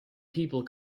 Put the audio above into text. people